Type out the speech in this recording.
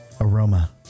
Aroma